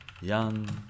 young